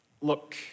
look